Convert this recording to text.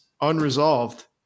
unresolved